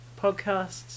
podcasts